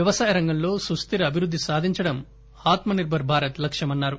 వ్యవసాయ రంగంలో సుస్థిర అభివృద్ధి సాధించడం ఆత్మ నిర్బర్ భారత్ లక్కుమన్నారు